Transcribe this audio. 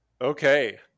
Okay